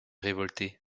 révoltés